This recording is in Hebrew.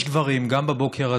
יש דברים גם בבוקר הזה.